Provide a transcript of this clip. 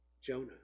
Jonah